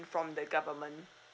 from the government